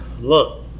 Look